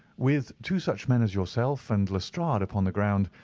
with two such men as yourself and lestrade upon the ground,